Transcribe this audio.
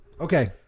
Okay